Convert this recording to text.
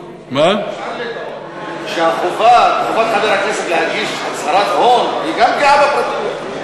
אפשר לטעון שחובת חבר הכנסת להגיש הצהרת הון גם היא פגיעה בפרטיות,